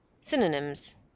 Synonyms